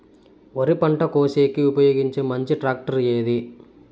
వరి పంట కోసేకి ఉపయోగించే మంచి టాక్టర్ ఏది?